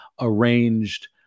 arranged